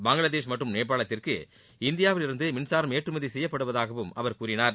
பங்களாதேஷ் மற்றும் நேபாளத்திற்கு இந்தியாவில் இருந்து மின்சாரம் ஏற்றுமதி செய்யப்படுவதாகவும் அவர் கூறினார்